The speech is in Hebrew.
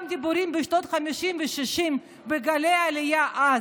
דיבורים בשנות החמישים והשישים בגלי העלייה אז,